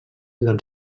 del